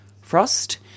frost